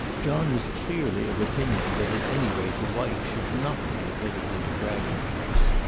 john was clearly of opinion that at any rate the wife should not be admitted into bragton house.